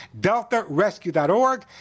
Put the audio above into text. deltarescue.org